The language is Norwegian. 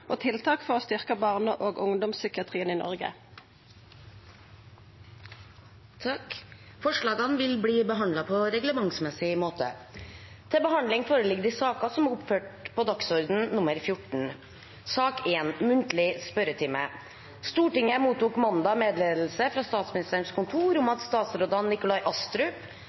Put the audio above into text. og tiltak for å styrkja barne- og ungdomspsykiatrien i Noreg. Forslagene vil bli behandlet på reglementsmessig måte. Stortinget mottok mandag meddelelse fra Statsministerens kontor om at statsrådene Nikolai Astrup, Olaug Vervik Bollestad og Abid Q. Raja vil møte til muntlig spørretime.